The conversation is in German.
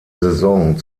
saison